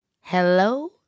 Hello